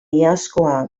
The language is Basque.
iazkoa